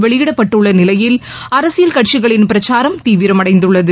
வெளியிடப்பட்டுள்ள நிலையில் அரசியல் கட்சிகளின் பிரச்சாரம் தீவிரமடைந்துள்ளது